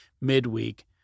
midweek